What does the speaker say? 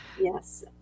yes